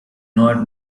not